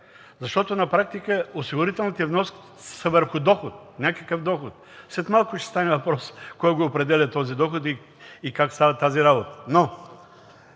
Защото на практика осигурителните вноски са върху доход. Някакъв доход. След малко ще стане въпрос кой го определя този доход и как става тази работа.